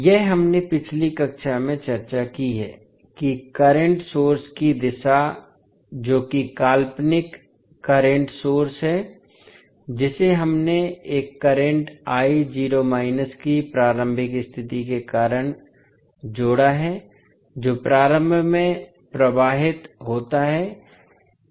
यह हमने पिछली कक्षा में चर्चा की है कि करंट सोर्स की दिशा जो कि काल्पनिक करंट सोर्स है जिसे हमने एक करंट की प्रारंभिक स्थिति के कारण जोड़ा है जो प्रारंभ में प्रवाहित होता है